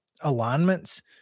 alignments